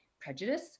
prejudice